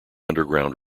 underground